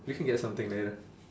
we can get something later